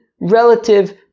Relative